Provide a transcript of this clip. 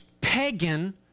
pagan